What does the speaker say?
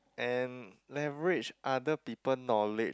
and leverage other people knowledge